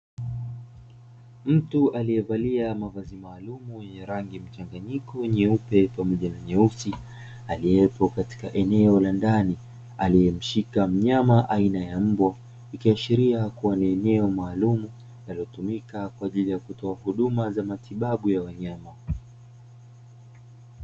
Mtu alievalia mavazi maalumu yenye rangi mchanganyiko umnyepe pamoja na nyeusi, aliepo katika eneo la ndani aliemshika mnyama aina ya mbwa ikiashiria kua ni eneo maalumu yanayotumika kwa ajili ya matibabu ya wanyama.